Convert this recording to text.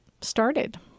started